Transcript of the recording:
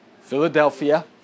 Philadelphia